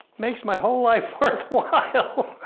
makes my whole life worthwhile!